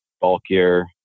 bulkier